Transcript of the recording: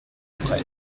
après